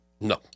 No